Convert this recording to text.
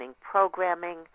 programming